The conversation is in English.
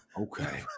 Okay